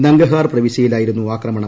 നംഗഹാർ പ്രവിശ്യയിലായിരുന്നു ആക്രമണം